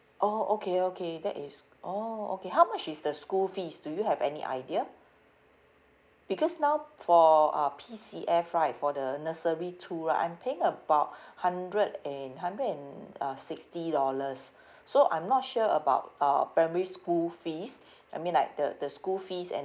oh okay okay that is oh okay how much is the school fees do you have any idea because now for uh P_C_F right for the nursery two right I'm paying about hundred and hundred and uh sixty dollars so I'm not sure about uh primary school fees I mean like the the school fees and